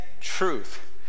truth